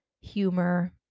humor